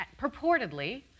purportedly